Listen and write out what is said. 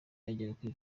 yajyaga